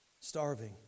Starving